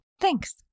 Thanks